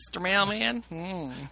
Mailman